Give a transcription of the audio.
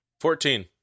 Fourteen